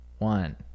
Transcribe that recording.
One